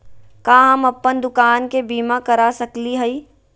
का हम अप्पन दुकान के बीमा करा सकली हई?